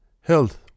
health